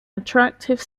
attractive